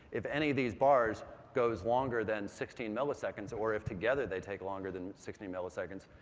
if any of these bars goes longer than sixteen milliseconds or if together they take longer than sixteen milliseconds,